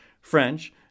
French